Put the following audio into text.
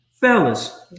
Fellas